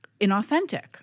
inauthentic